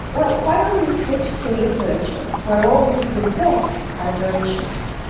well, why don't you switch to literature where all these defects are virtues?